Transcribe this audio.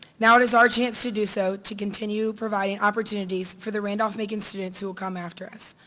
now, it is our chance to do so to continue providing opportunities for the randolph-macon students who will come after us.